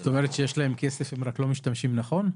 זאת אומרת שיש להם כסף והם רק לא משתמשים נכון?